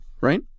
right